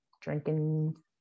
drinking